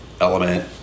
element